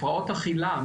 הפרעות אכילה,